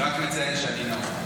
רק לציין שאני נאור.